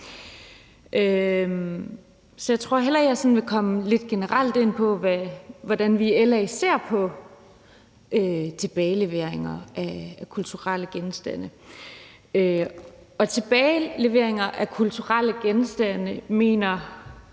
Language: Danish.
Så jeg tror hellere, at jeg vil komme lidt generelt ind på, hvordan vi i LA ser på tilbagelevering af kulturelle genstande. Tilbagelevering af kulturelle genstande mener